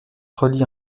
relie